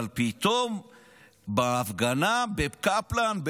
אבל פתאום בהפגנה בקפלן,